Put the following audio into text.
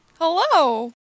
Hello